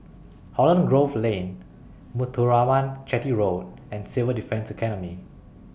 Holland Grove Lane Muthuraman Chetty Road and Civil Defence Academy